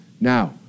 Now